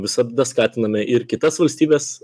visada skatiname ir kitas valstybes